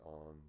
on